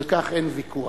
על כך אין ויכוח.